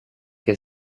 che